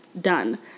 Done